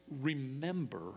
remember